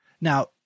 now